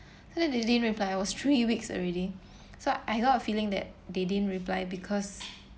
so then they didn't reply it was three weeks already so I got a feeling that they didn't reply because